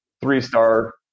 three-star